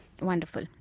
Wonderful